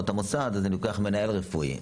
או את המוסד אני לוקח מנהל רפואי,